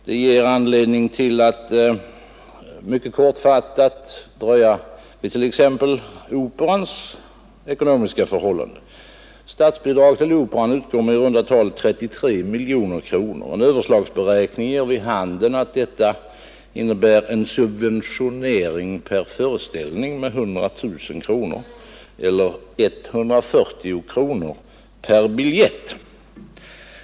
Detta ger mig anledning att mycket kortfattat som jämförelse dröja vid t.ex. Operans ekonomiska förhållanden. Statsbidrag till Operan utgår med i runt tal 33 miljoner kronor. En överslagsberäkning ger vid handen att detta innebär en subventionering per föreställning med 100 000 kronor eller med 140 kronor per biljett.